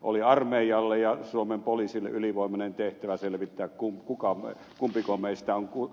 oli armeijalle ja suomen poliisille ylivoimainen tehtävä selvittää kumpi meistä on kumpi